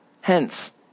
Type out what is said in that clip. Hence